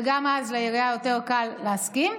וגם אז לעירייה יותר קל להסכים.